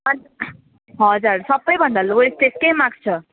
हजुर सबैभन्दा लोवेस्ट त्यसकै मार्क्स छ